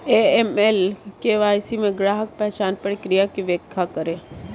AML या KYC में ग्राहक पहचान प्रक्रिया की व्याख्या करें?